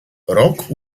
rok